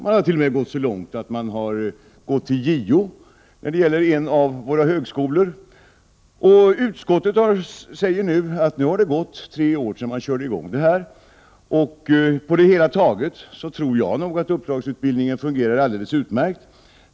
Man har på en av våra högskolor gått så långt som till JO. Utskottet pekar på att det nu har gått tre år sedan man startade uppdragsutbildningen. Jag tror nog att uppdragsutbildningen på det hela taget fungerar alldeles utmärkt.